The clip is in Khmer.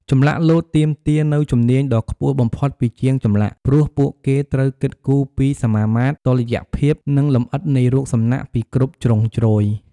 ចម្លាក់លោតទាមទារនូវជំនាញដ៏ខ្ពស់បំផុតពីជាងចម្លាក់ ព្រោះពួកគេត្រូវគិតគូរពីសមាមាត្រ តុល្យភាព និងលម្អិតនៃរូបសំណាកពីគ្រប់ជ្រុងជ្រោយ។